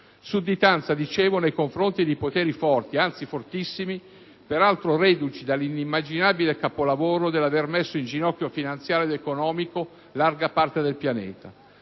protagonista, nei confronti di poteri forti, anzi fortissimi, peraltro reduci dall'inimmaginabile capolavoro dell'aver messo in ginocchio finanziariamente ed economicamente larga parte dal pianeta.